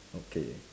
okay